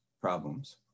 problems